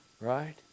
Right